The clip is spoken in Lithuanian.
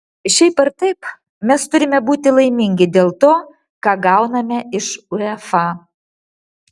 šiaip ar taip mes turime būti laimingi dėl to ką gauname iš uefa